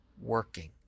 working